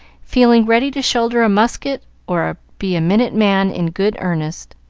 feeling ready to shoulder a musket or be a minute-man in good earnest.